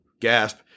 Gasp